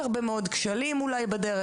נכון שיש הרבה מאוד כשלים אולי בדרך,